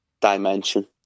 dimension